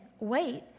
wait